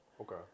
Okay